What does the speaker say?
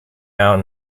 out